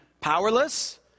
powerless